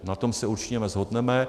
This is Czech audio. Na tom se určitě shodneme.